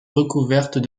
recouvertes